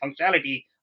functionality